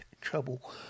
trouble